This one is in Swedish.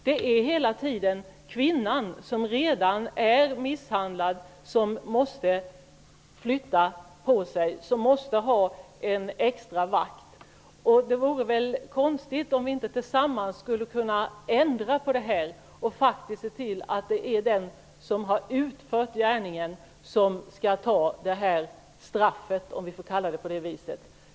Det är hela tiden kvinnan, som redan är misshandlad, som måste flytta på sig, som måste ha en extra vakt. Det vore väl konstigt om vi inte tillsammans skulle kunna ändra på detta och faktiskt se till att det är gärningsmannen som skall få straffet, om vi får kalla det så.